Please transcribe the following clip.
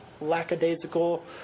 lackadaisical